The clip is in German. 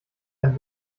ein